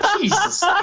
Jesus